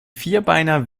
vierbeiner